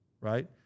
right